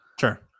Sure